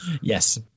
yes